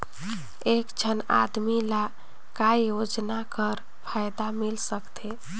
एक झन आदमी ला काय योजना कर फायदा मिल सकथे?